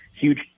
huge